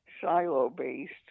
silo-based